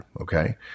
okay